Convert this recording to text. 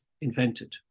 invented